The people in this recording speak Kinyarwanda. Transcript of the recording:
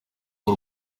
w’u